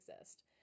exist